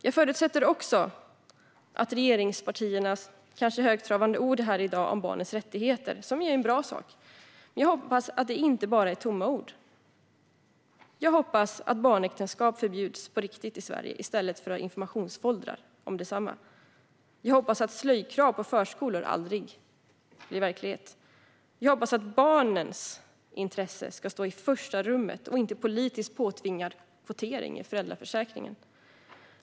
Jag förutsätter och hoppas också att regeringspartiernas kanske något högtravande ord här i dag om barnens rättigheter - vilket ju är en bra sak - inte bara är tomma ord. Jag hoppas att barnäktenskap förbjuds på riktigt i Sverige i stället för att man får informationsfoldrar om desamma. Jag hoppas att slöjkrav på förskolor aldrig blir verklighet. Jag hoppas att barnens intresse, och inte politiskt påtvingad kvotering, ska stå i första rummet i föräldraförsäkringen.